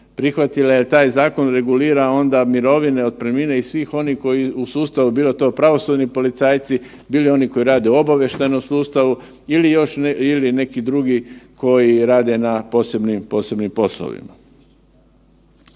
prihvatila jer taj zakon regulira onda mirovine i otpremnine i svih onih u sustavu bilo to pravosudni policajci, bili oni koji rade u obavještajnom sustavu ili još neki drugi koji rade na posebnim poslovima.